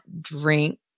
drink